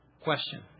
Question